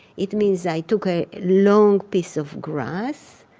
it means i took a long piece of grass,